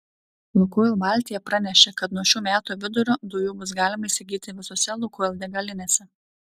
lukoil baltija pranešė kad nuo šių metų vidurio dujų bus galima įsigyti visose lukoil degalinėse